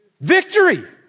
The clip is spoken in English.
Victory